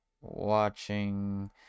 watching